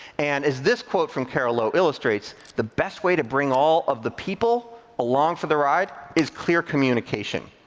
and as this quote from carol lowe illustrates, the best way to bring all of the people along for the ride is clear communication,